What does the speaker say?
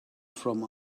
from